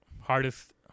hardest